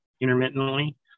intermittently